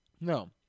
No